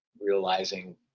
realizing